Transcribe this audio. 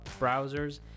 browsers